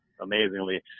amazingly